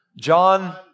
John